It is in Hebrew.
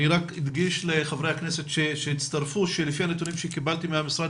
אני רק אדגיש לחברי הכנסת שהצטרפו שלפי הנתונים שקיבלתי מהמשרד